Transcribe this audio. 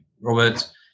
Robert